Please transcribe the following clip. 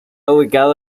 ubicada